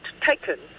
taken